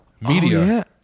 media